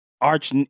arch